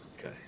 Okay